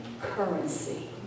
currency